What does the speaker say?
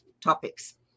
topics